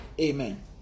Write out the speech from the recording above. Amen